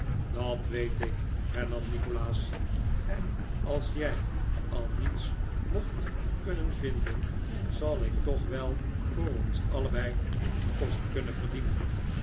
dat weet ik hernam nikolaas en als j ij al niets mocht kunnen vinden zal i k toch wel voor ons allebei den kost kunnen verdienen